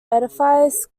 edifice